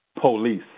Police